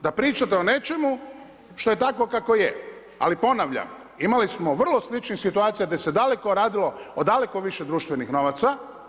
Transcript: Da pričate o nečemu, što je tako kako je, ali ponavljam, imali smo vrlo sličnih situacija, gdje se daleko radilo o daleko više društvenih novaca.